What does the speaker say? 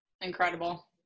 incredible